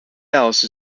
else